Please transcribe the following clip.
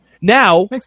Now